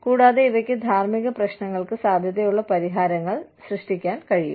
കൂടാതെ ഇവയ്ക്ക് ധാർമ്മിക പ്രശ്നങ്ങൾക്ക് സാധ്യതയുള്ള പരിഹാരങ്ങൾ സൃഷ്ടിക്കാൻ കഴിയും